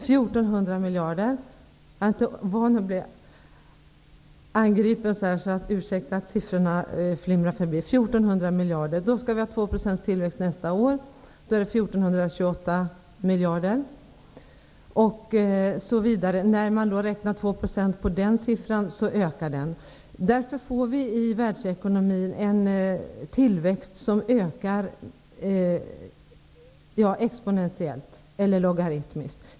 Med 2 % tillväxt nästa år kommer BNP att uppgå till 14 028 miljarder, och med 2 % på 14 028 ökar BNP ytterligare. Det är därför som det blir en tillväxt i världsekonomin som ökar exponentiellt eller logaritmiskt.